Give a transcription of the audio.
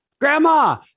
grandma